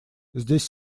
здесь